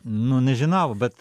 nu nežinau bet